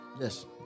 Yes